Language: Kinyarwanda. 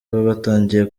batangiye